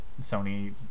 Sony